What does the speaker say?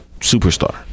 superstar